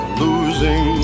losing